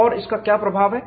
और इसका क्या प्रभाव है